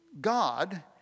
God